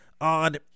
on